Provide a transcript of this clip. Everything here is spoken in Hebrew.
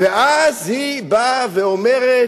ואז היא באה ואומרת: